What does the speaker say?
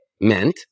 meant